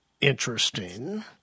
interesting